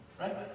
Right